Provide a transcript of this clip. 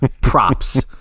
Props